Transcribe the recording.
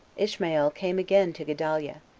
ishmael came again to gedaliah,